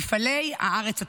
מפעלי הארץ הטובה.